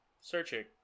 Searching